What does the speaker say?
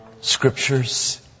scriptures